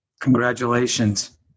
congratulations